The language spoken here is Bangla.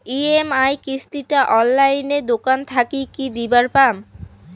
ই.এম.আই কিস্তি টা অনলাইনে দোকান থাকি কি দিবার পাম?